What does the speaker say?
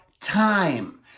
time